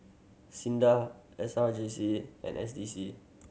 SINDA S R J C and S D C